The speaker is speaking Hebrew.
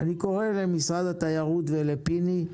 אני קורא למשרד התיירות ולפיני,